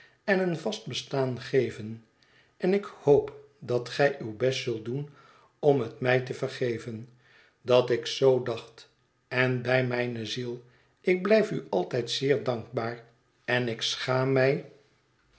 en een vast bestaan geven en ik hoop dat gij uw best zult doen om het mij te vergeven dat ik zoo dacht en bij mijne ziel ik blijf u altijd zeer dankbaar en ik schaam mij